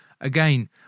again